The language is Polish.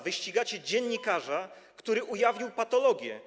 Wy ścigacie dziennikarza, który ujawnił patologię.